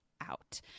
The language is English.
out